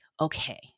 okay